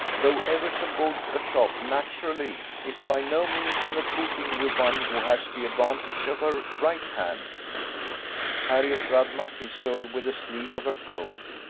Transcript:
though ever so good a shot naturally, is by no means on a footing with one who has the advantage of her right hand harriot rubbed my pistol with the sleeve of her coat,